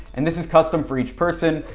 and this is custom for each person.